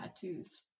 tattoos